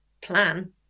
plan